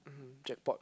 mmhmm jackpot